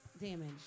Damage